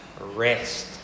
rest